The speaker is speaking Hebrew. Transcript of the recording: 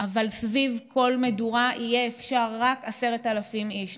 אבל סביב כל מדורה יהיה אפשר רק 10,000 איש,